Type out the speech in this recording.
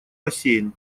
бассейн